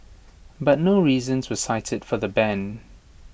but no reasons were cited for the ban